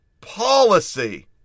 policy